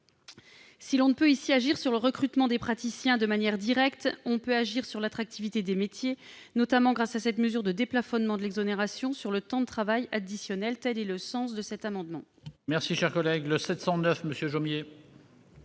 Si l'on ne peut agir sur le recrutement des praticiens de manière directe, on peut agir sur l'attractivité des métiers, notamment grâce à cette mesure de déplafonnement de l'exonération sur le temps de travail additionnel. Tel est le sens de cet amendement. L'amendement n° 709 rectifié,